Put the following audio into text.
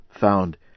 found